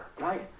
right